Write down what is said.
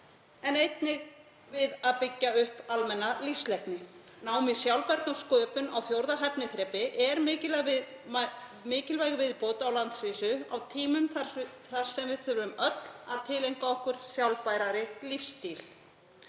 en einnig við að byggja upp almenna lífsleikni. Nám í sjálfbærni og sköpun á fjórða hæfniþrepi er mikilvæg viðbót á landsvísu á tímum þar sem við þurfum öll að tileinka okkur sjálfbærari lífsstíl.